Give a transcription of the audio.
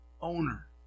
owner